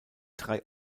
drei